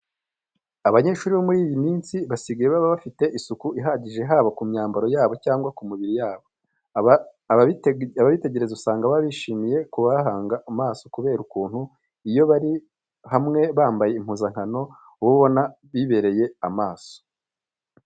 Abanyeshuri bo muri iyi minsi basigaye baba bafite isuku ihagije haba ku myambaro yabo cyangwa ku mibiri yabo. Ababitegereza usanga baba bishimiye kubahanga amaso kubera ukuntu iyo bari hamwe bambaye impuzankano uba ubona bibereye amaso.